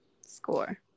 score